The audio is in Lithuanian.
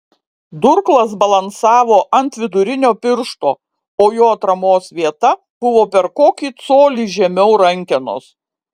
durklas balansavo ant vidurinio piršto o jo atramos vieta buvo per kokį colį žemiau rankenos